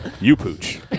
You-Pooch